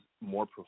more